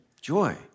joy